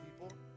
people